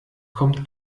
kommt